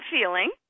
feeling